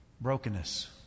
Brokenness